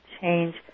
change